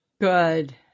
Good